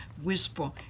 whisper